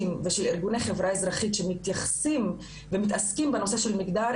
ושל ארגוני חברה אזרחית שמתייחסים ומתעסקים בנושא של מגדר,